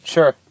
Sure